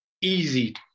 easy